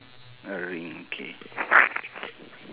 a ring okay